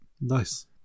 Nice